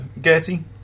Gertie